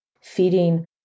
feeding